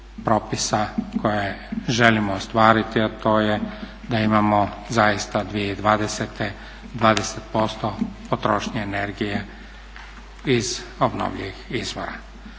koje želimo ostvariti, a to je da imamo zaista 2020. 20% potrošnje energije iz obnovljivih izvora.